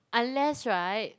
unless [right]